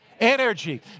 Energy